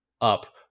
up